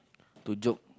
to jog